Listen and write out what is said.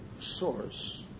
source